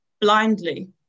blindly